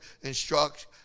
instruct